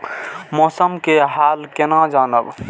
मौसम के हाल केना जानब?